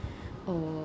or